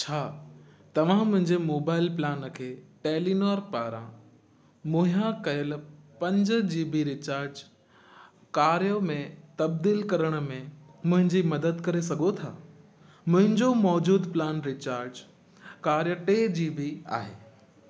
छा तव्हां मुंहिंजे मोबाइल प्लान खे टेलीनॉर पारां मुहैया कयल पंज जी बी रिचार्ज कार्य में तब्दीलु करण में मुंहिंजी मदद करे सघो था मुंहिंजो मौजूदु प्लान रिचार्ज कार्य टे जी बी आहे